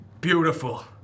Beautiful